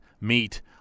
meet